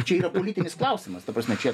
čia yra politinis klausimas ta prasme čia